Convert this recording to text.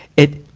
it,